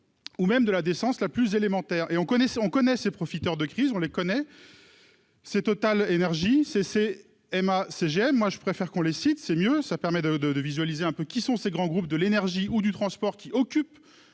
ou même de la décence la plus élémentaire et on connaît, on connaît ces profiteurs de crise, on les connaît, c'est Total énergies c'est M. GM, moi je préfère qu'on les cite, c'est mieux, ça permet de, de, de visualiser un peu qui sont ces grands groupes de l'énergie ou du transport, qui occupent